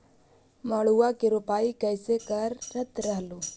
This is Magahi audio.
मड़उआ की रोपाई कैसे करत रहलू?